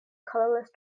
colourless